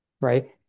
right